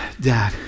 dad